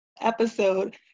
episode